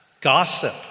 gossip